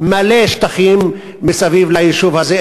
מלא שטחים מסביב ליישוב הזה,